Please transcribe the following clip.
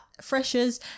freshers